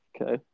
Okay